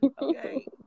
Okay